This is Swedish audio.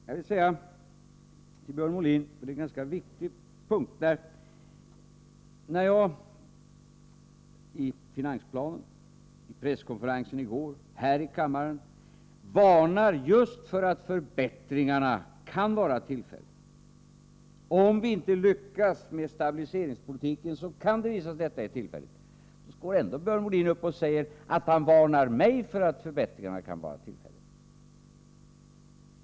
Jag vill också säga till Björn Molin — och det är en ganska viktig punkt: När jagi finansplanen, i presskonferensen i går, här i kammaren, varnar just för att förbättringarna kan vara tillfälliga om vi inte lyckas med stabiliseringspolitiken, går ändå nu Björn Molin upp och varnar mig för att detta kan vara tillfälligt!